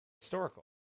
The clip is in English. historical